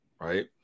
right